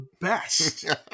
best